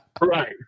Right